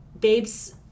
babes